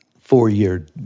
four-year